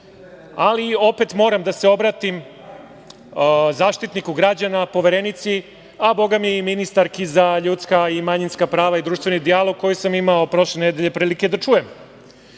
Ali, opet moram da se obratim Zaštitniku građana, Poverenici, a bogami i ministarki za ljudska i manjinska prava i društveni dijalog, koji sam imao prošle nedelje prilike da čujem. Prošle